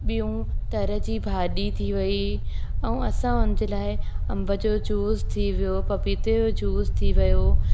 ॿियूं तर जी भाॼी थी वई ऐं असां उनजे लाइ अंब जो जूस थी वियो पपीते जो जूस थी वियो